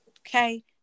okay